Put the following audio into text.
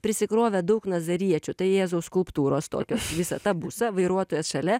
prisikrovę daug nazariečių tai jėzaus skulptūros tokios visą tą busa vairuotojas šalia